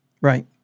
Right